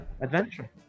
adventure